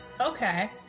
Okay